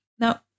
Now